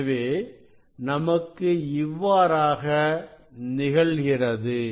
எனவே நமக்கு இவ்வாறாக நிகழ்கிறது